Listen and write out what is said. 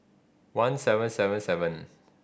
one seven seven seven